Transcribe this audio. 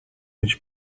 mieć